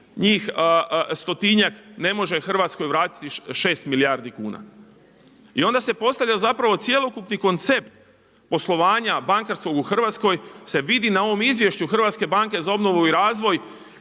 njih stotinjak ne može Hrvatskoj vratiti 6 milijardi kuna. I onda se postavlja zapravo cjelokupni koncept poslovanja bankarskog u Hrvatskoj se vidi na ovom izvješću Hrvatske banke za obnovu i razvoj